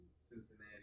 Cincinnati